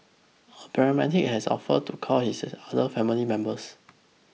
a paramedic had offered to call his other family members